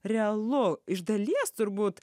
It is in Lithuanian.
realu iš dalies turbūt